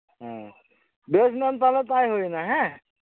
ᱦᱮᱸ ᱵᱮᱥ ᱢᱮᱢ ᱛᱟᱞᱦᱮ ᱛᱟᱭ ᱦᱩᱭᱱᱟ ᱦᱮᱸ